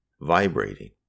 vibrating